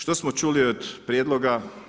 Što smo čuli od prijedloga?